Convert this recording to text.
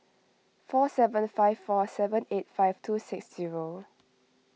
four seven five four seven eight five two six zero